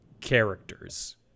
characters